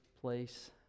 place